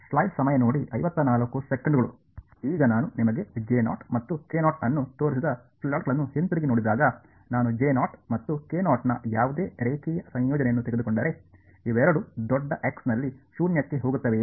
ಈಗ ನಾನು ನಿಮಗೆ ಮತ್ತು ಅನ್ನು ತೋರಿಸಿದ ಪ್ಲಾಟ್ಗಳನ್ನು ಹಿಂತಿರುಗಿ ನೋಡಿದಾಗ ನಾನು ಮತ್ತು ನ ಯಾವುದೇ ರೇಖೀಯ ಸಂಯೋಜನೆಯನ್ನು ತೆಗೆದುಕೊಂಡರೆ ಇವೆರಡೂ ದೊಡ್ಡ x ನಲ್ಲಿ ಶೂನ್ಯಕ್ಕೆ ಹೋಗುತ್ತವೆಯೇ